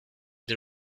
the